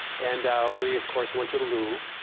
and we, of course, went to the louvre.